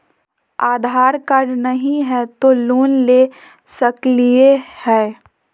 आधार card नही हय, तो लोन ले सकलिये है?